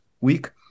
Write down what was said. week